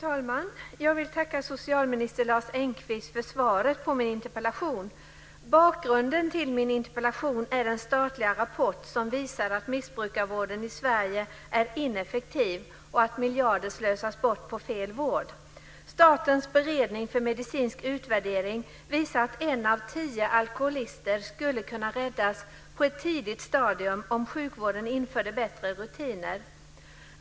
Fru talman! Jag vill tacka socialminister Lars Engqvist för svaret på min interpellation. Bakgrunden till min interpellation är den statliga rapport som visar att missbrukarvården i Sverige är ineffektiv och att miljarder slösas bort på fel vård. Statens beredning för medicinsk utvärdering visar att en av tio alkoholister skulle kunna räddas på ett tidigt stadium om sjukvården införde bättre rutiner.